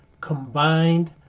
combined